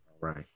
Right